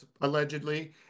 allegedly